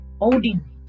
Odin